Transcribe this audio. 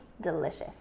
Delicious